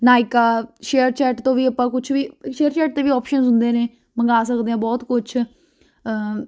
Nykaa ShareChat ਤੋਂ ਵੀ ਆਪਾਂ ਕੁਛ ਵੀ ਸ਼ੇਅਰ ਚੈਟ 'ਤੇ ਵੀ ਓਪਸ਼ਨਸ ਹੁੰਦੇ ਨੇ ਮੰਗਾ ਸਕਦੇ ਹਾਂ ਬਹੁਤ ਕੁਛ